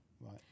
Right